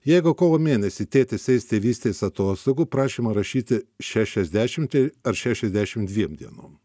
jeigu kovo mėnesį tėtis eis tėvystės atostogų prašymą rašyti šešiasdešimt ar šešiasdešimt dviem dienom